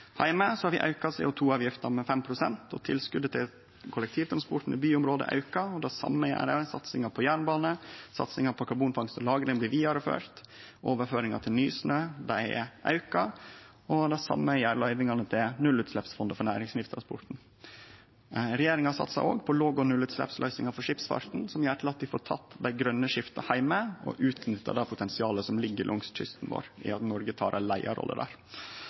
Heime har vi auka CO 2 -avgifta med 5 pst. Tilskotet til kollektivtransporten i byområde er auka, og det same gjeld satsinga på jernbane. Satsinga på karbonfangst og -lagring blir vidareførte. Overføringa til Nysnø er auka, og det same er løyvingane til nullutsleppsfondet for næringslivstransporten. Regjeringa satsar òg på låg- og nullutsleppsløysingar for skipsfarten, som gjer sitt til at vi får teke det grøne skiftet heime og utnyttar det potensialet som ligg langs kysten vår, i og med at Noreg tek ei leiarrolle der.